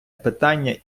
питання